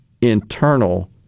internal